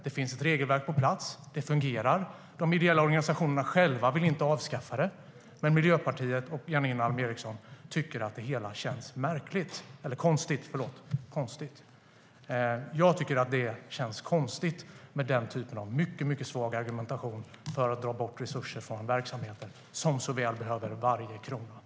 Det finns ett regelverk på plats, och det fungerar. De ideella organisationerna själva vill inte avskaffa det. Men Miljöpartiet och Janine Alm Ericson tycker att det hela känns "konstigt".